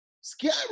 scary